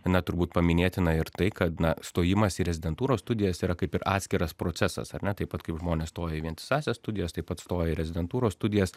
na turbūt paminėtina ir tai kad na stojimas į rezidentūros studijas yra kaip ir atskiras procesas ar ne taip pat kaip žmonės stoja į vientisąsias studijas taip pat stoja į rezidentūros studijas